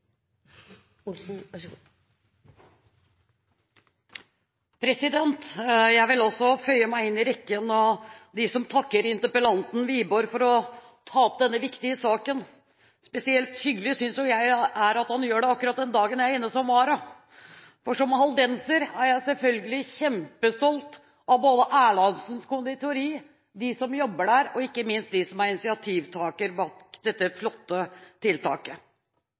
Jeg vil også føye meg til rekken av dem som takker interpellanten Wiborg for å ta opp denne viktige saken. Spesielt hyggelig synes jeg det er at han gjør det akkurat den dagen jeg er inne som vara, for som haldenser er jeg selvfølgelig kjempestolt både av Erlandsens Conditori, av dem som jobber der, og ikke minst av dem som er initiativtagere bak dette flotte tiltaket.